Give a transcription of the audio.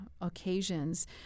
occasions